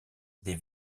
des